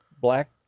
Black